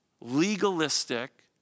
legalistic